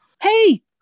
Hey